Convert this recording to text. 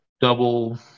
double